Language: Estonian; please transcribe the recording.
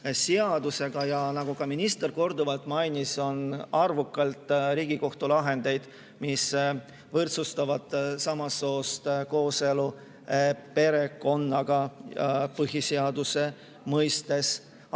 Nagu ka minister korduvalt mainis, on arvukalt Riigikohtu lahendeid, mis võrdsustavad samast soost paaride kooselu perekonnaga ka põhiseaduse mõistes. Arutasime